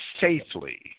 safely